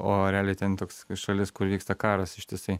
o realiai ten toks šalis kur vyksta karas ištisai